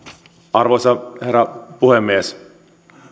arvoisa herra puhemies